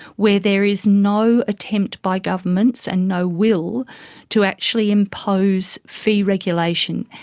where there is no attempt by governments and no will to actually impose fee regulation,